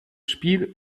spiel